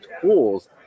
tools